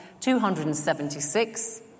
276